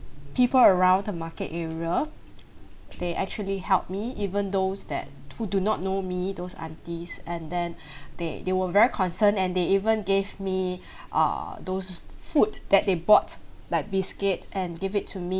people around the market area they actually helped me even those that who do not know me those aunties and then they they were very concerned and they even gave me uh those food that they bought like biscuits and give it to me